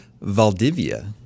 Valdivia